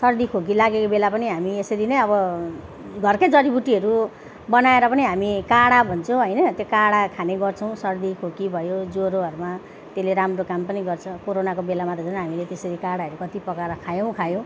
सर्दीखोकी लागेको बेला पनि हामी यसरी नै अब घरकै जरिबुट्टीहरू बनाएर पनि हामी काडा भन्छौँ होइन त्यो काडा खाने गर्छौँ सर्दीखोकी भयो ज्वरोहरूमा त्यसले राम्रो काम पनि गर्छ कोरोनाको बेलामा त झन् हामीले त्यसरी काडाहरू कति पकाएर खायौँ खायौँ